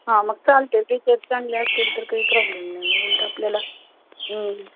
हा मग चालते टीचर चांगले असतील तर काही प्रॉब्लेम नाही मग उलटं आपल्याला